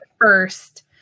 first